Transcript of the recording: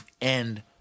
end